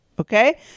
okay